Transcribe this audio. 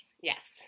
Yes